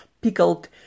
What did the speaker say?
pickled